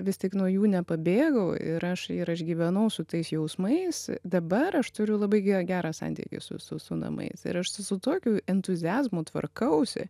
vis tik nuo jų nepabėgau ir aš ir aš gyvenau su tais jausmais dabar aš turiu labai gė gerą santykį su su su namais ir aš su tokiu entuziazmu tvarkausi